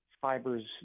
fibers